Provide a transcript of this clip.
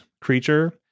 creature